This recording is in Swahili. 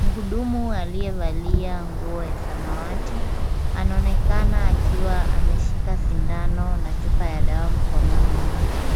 Muhudumu aliyevalia nguo ya samawati, anaonekana akiwa ameshika sindano na chupa ya dawa mkononi mwake.